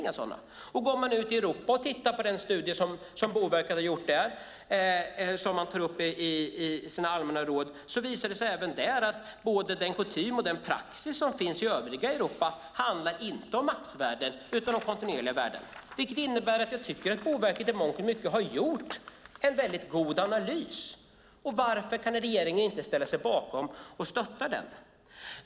Går man ut i Europa och tittar på den studie som Boverket har gjort där och som man tar upp i sina allmänna råd visar det sig även där att både den kutym och den praxis som finns i övriga Europa inte handlar om maxvärden utan om kontinuerliga värden, vilket innebär att jag tycker att Boverket i mångt och mycket har gjort en väldigt god analys. Varför kan inte regeringen ställa sig bakom den och stötta den?